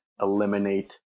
eliminate